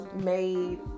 made